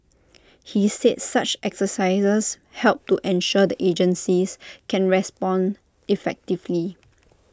he said such exercises help to ensure the agencies can respond effectively